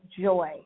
joy